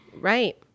right